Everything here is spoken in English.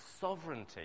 sovereignty